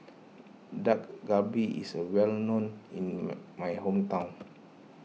Dak Galbi is well known in my hometown